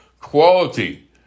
quality